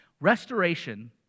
Restoration